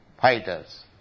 fighters